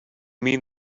mean